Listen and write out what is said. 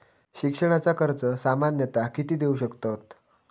शिक्षणाचा कर्ज सामन्यता किती देऊ शकतत?